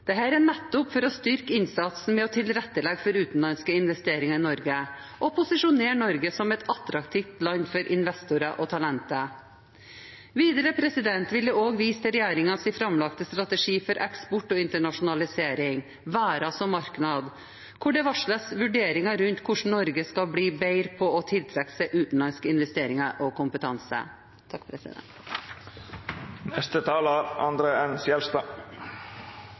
er nettopp for å styrke innsatsen med å tilrettelegge for utenlandske investeringer i Norge og posisjonere Norge som et attraktivt land for investorer og talenter. Videre vil jeg også vise til regjeringens framlagte strategi for eksport og internasjonalisering, Verda som marknad, hvor det varsles vurderinger rundt hvordan Norge kan bli bedre til å tiltrekke seg utenlandske investeringer og kompetanse.